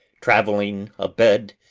travelling abed,